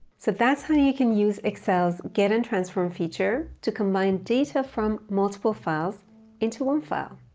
so that's how you can use excel's get and transform feature to combine data from multiple files into one file.